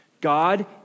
God